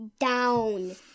down